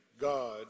God